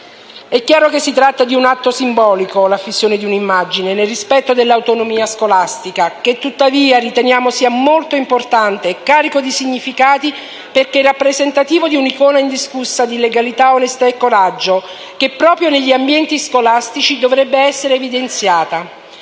È chiaro che l'affissione di un'immagine è un atto simbolico, nel rispetto dell'autonomia scolastica, che tuttavia riteniamo molto importante e carico di significati perché rappresentativo di un'icona indiscussa di legalità, onestà e coraggio che, proprio negli ambienti scolastici, dovrebbe essere evidenziata.